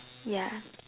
yeah